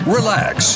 Relax